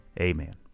Amen